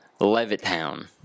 Levittown